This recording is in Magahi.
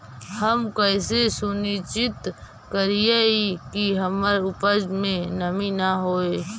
हम कैसे सुनिश्चित करिअई कि हमर उपज में नमी न होय?